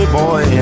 boy